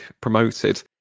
promoted